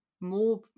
more